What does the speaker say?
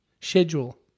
Schedule